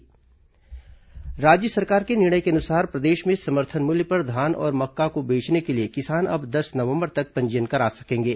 धान मक्का पंजीयन राज्य सरकार के निर्णय के अनुसार प्रदेश में समर्थन मूल्य पर धान और मक्का को बेचने के लिए किसान अब दस नवंबर तक पंजीयन करा सकेंगे